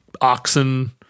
oxen